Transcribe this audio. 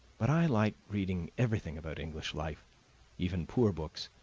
but i like reading everything about english life even poor books.